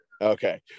Okay